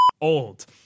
...old